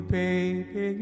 baby